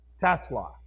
Tesla